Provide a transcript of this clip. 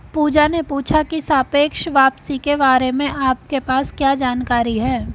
पूजा ने पूछा की सापेक्ष वापसी के बारे में आपके पास क्या जानकारी है?